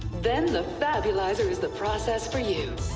then the fabulous r is the process for you?